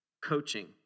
coaching